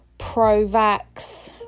pro-vax